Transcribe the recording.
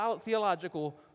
theological